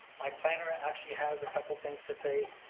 my planner actually has a couple of things to say.